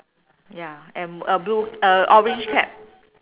ya and a blue a orange cap